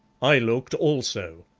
i looked also,